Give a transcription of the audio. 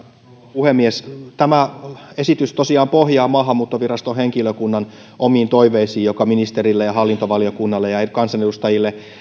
puhemies tämä esitys tosiaan pohjaa maahanmuuttoviraston henkilökunnan omiin toiveisiin jotka ministerille ja hallintovaliokunnalle ja kansanedustajille